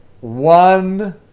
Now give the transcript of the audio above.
One